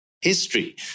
history